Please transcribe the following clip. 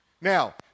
Now